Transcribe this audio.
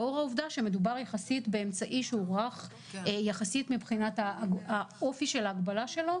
לאור העובדה שמדובר יחסית באמצעי שהוא רך מבחינת האופי של ההגבלה שלו,